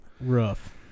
Rough